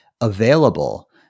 available